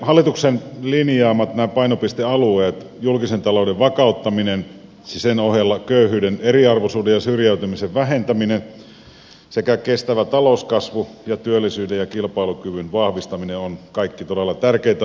hallituksen linjaamat painopistealueet julkisen talouden vakauttaminen sen ohella köyhyyden eriarvoisuuden ja syrjäytymisen vähentäminen sekä kestävä talouskasvu ja työllisyyden ja kilpailukyvyn vahvistaminen ovat kaikki todella tärkeitä asioita